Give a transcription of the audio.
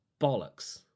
bollocks